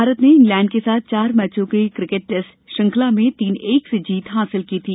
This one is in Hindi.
भारत ने इंग्लैंड के साथ चार मैचों की क्रिकेट टेस्ट श्रृंखला में तीन एक से जीत हासिल की थी